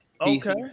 okay